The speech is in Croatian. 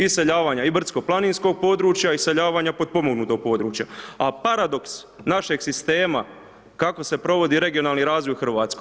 Iseljavanje i brdsko-planinskog područja i iseljavanja potpomognutog područja, a paradoks našeg sistema kako se provodi regionalni razvoj u Hrvatskoj.